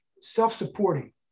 self-supporting